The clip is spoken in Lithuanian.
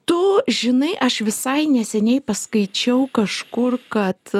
tu žinai aš visai neseniai paskaičiau kažkur kad